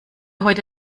heute